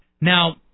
Now